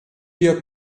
your